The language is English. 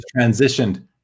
transitioned